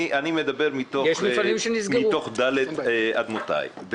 אני מדבר מתוך דל"ת אמותיי.